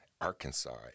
Arkansas